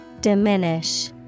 Diminish